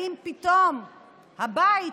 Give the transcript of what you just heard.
האם פתאום הבית,